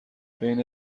بین